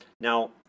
Now